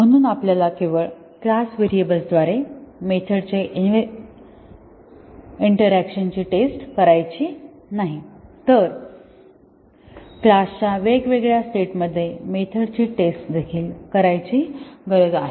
म्हणून आपल्याला केवळ क्लास व्हेरिएबल्स द्वारे मेथडच्या इन्टेरॅक्शनची टेस्ट करायची नाही तर क्लास च्या वेगवेगळ्या स्टेटमध्ये मेथडची टेस्ट देखील करायची गरज आहे